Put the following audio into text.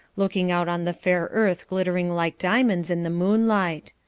looking out on the fair earth glittering like diamonds in the moonlight.